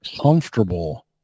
comfortable